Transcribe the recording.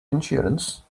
insurance